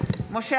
משה